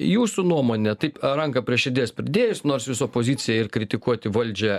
jūsų nuomone taip ranką prie širdies pridėjus nors jūs opozicija ir kritikuoti valdžią